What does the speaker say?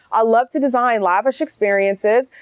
i love to design lavish experiences.